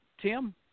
Tim